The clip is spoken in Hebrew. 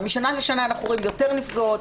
ומשנה לשנה אנחנו רואים יותר נפגעות,